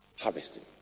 harvesting